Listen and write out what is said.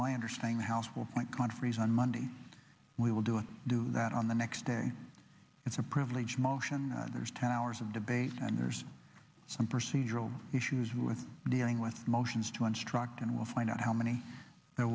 my understanding the house will find conferees on monday we will do a do that on the next day it's a privilege motion there's ten hours of debate and there's some procedural issues with dealing with motions to instruct and we'll find out how many there